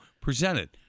presented